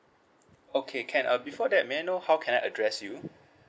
okay can uh before that may I know how can I address you